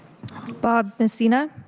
bob mussina.